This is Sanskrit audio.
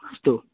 अस्तु